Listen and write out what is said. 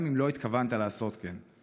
גם אם לא התכוונת לעשות כן".